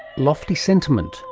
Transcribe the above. lofty sentiments,